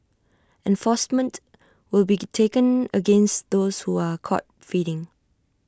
enforcement will be taken against those who are caught feeding